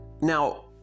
Now